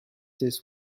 this